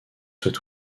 soit